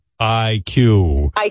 iq